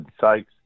sykes